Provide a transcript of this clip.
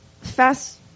fast